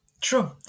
true